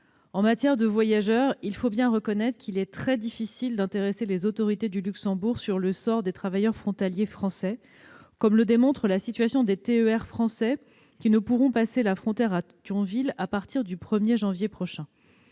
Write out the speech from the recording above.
En matière de voyageurs, il faut bien reconnaître qu'il est très difficile d'intéresser les autorités du Luxembourg au sort des travailleurs frontaliers français, comme le démontre la situation des TER français qui ne pourront plus franchir la frontière à Thionville à partir du 1janvier prochain.